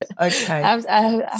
Okay